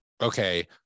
okay